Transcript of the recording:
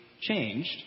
changed